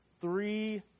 three